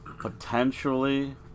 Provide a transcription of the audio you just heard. potentially